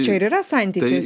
čia ir yra santykis